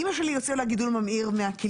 אימא שלי הוציאו לה גידול ממאיר מהכילייה.